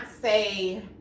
say